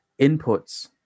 inputs